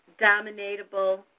dominatable